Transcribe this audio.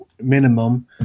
minimum